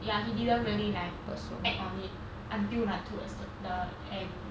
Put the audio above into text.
ya he didn't really like act on it until like towards the end